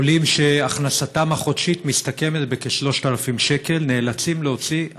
חולים שהכנסתם החודשית מסתכמת ב-3,000 שקל נאלצים להוציא,